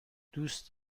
دوست